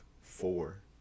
four